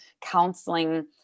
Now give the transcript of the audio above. counseling